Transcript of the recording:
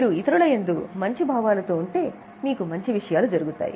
మీరు ఇతరుల యందు మంచి భావాల తో ఉంటే మీకు మంచి విషయాలు జరుగుతాయి